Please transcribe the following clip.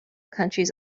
countries